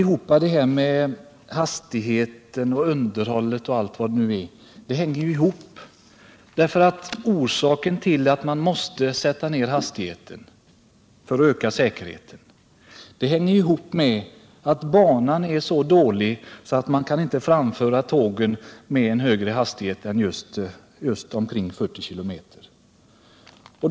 Herr talman! Allt det här med hastighet, underhåll etc. hänger ihop med att banan är så dålig att man inte kan framföra tåg med högre hastighet än just ca 40 km i timmen.